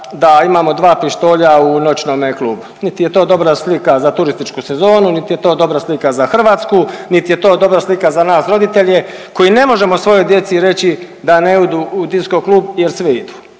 da imamo dva pištolja u noćnome klubu, niti je to dobra slika za turističku sezonu, niti je to dobra slika za Hrvatsku, niti je to dobra slika za nas roditelje koji ne možemo svojoj djeci reći da ne idu u disco klub jer svi idu,